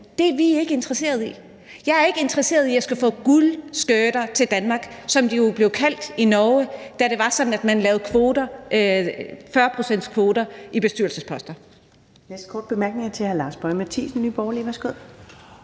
Det er vi ikke interesserede i. Jeg er ikke interesseret i at skulle have guldskørter til Danmark, som de jo blev kaldt i Norge, da det var sådan, at man lavede kvoter, 40-procentskvoter, for bestyrelsesposter.